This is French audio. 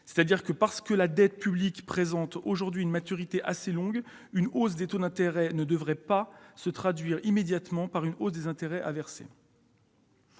dette : parce que la dette publique présente aujourd'hui une maturité assez longue, une hausse des taux d'intérêt ne devrait pas se traduire immédiatement par une hausse des intérêts à verser.